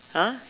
uh